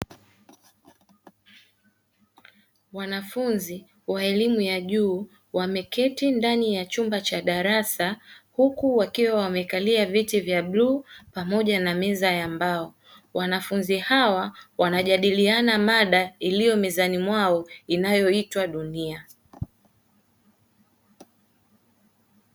Wanafunzi wa elimu ya juu wameketi ndani ya chumba cha darasa, huku wakiwa wamekalia viti vya bluu pamoja na meza ya mbao. Wanafunzi hao wanajadiliana mada iliyo mezani mwao inayoitwa dunia.